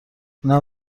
اونم